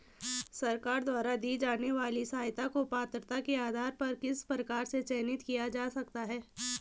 सरकार द्वारा दी जाने वाली सहायता को पात्रता के आधार पर किस प्रकार से चयनित किया जा सकता है?